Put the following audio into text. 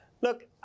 Look